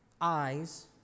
eyes